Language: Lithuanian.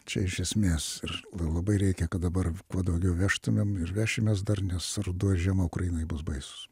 čia iš esmės ir nu labai reikia kad dabar kuo daugiau vežtumėm ir vešimės dar nes ruduo žiema ukrainoj bus baisūs